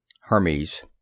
Hermes